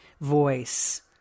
voice